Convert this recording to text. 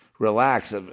Relax